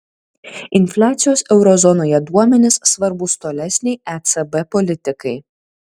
infliacijos euro zonoje duomenys svarbūs tolesnei ecb politikai